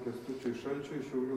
kęstučiui šalčiui šiaulių